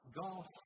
golf